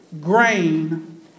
Grain